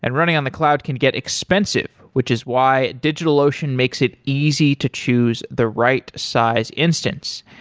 and running on the cloud can get expensive, which is why digitalocean makes it easy to choose the right size instance.